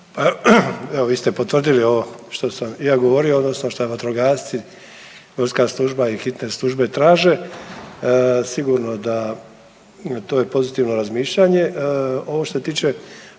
Evo vi ste potvrdili ovo što sam i ja govorio odnosno što vatrogasci, gorska služba i hitne službe traže. Sigurno da je to pozitivno razmišljanje. Ovo što se